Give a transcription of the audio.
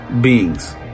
beings